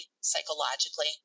psychologically